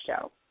show